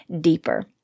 deeper